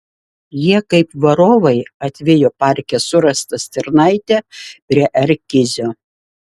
jie kaip varovai atvijo parke surastą stirnaitę prie r kizio